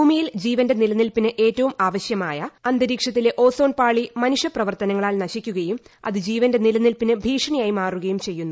ഭൂമിയിൽ ജീവന്റെ നിലനിൽപ്പിന് ഏറ്റവുമുത്ത് ആവശ്യമായ അന്തരീക്ഷത്തിലെ ഓസോൺ പാട്ടി മനുഷ്യ പ്രവർത്തനങ്ങളാൽ നശിക്കുകയും അത് ജീവന്റെ നിലനിൽപ്പിന് ഭീഷണിയായി മാറുകയും ചെയ്യുന്നു